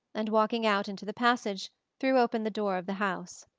and walking out into the passage threw open the door of the house.